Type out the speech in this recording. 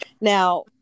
Now